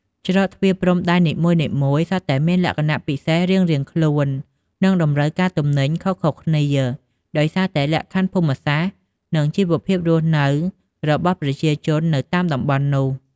ច្រកទ្វារព្រំដែននីមួយៗសុទ្ធតែមាន លក្ខណៈពិសេសរៀងៗខ្លួន និងតម្រូវការទំនិញខុសៗគ្នា ដោយសារតែលក្ខខណ្ឌភូមិសាស្ត្រ និងជីវភាពរស់នៅរបស់ប្រជាជននៅតាមតំបន់នោះ។